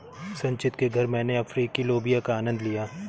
संचित के घर मैने अफ्रीकी लोबिया का आनंद लिया